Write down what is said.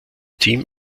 team